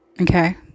Okay